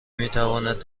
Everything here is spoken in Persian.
میتواند